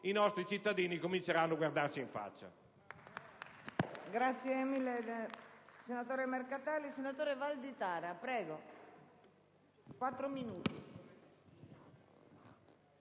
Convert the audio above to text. i nostri cittadini cominceranno guardarci in faccia.